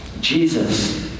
Jesus